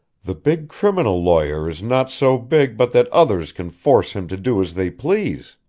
the big criminal lawyer is not so big but that others can force him to do as they please.